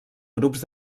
grups